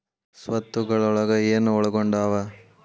ಸ್ವತ್ತುಗಲೊಳಗ ಏನು ಒಳಗೊಂಡಾವ?